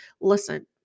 listen